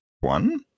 one